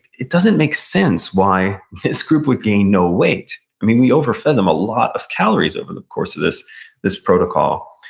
it doesn't make sense why this group would gain no weight, i mean we overfed them a lot of calories over the course of this this protocol.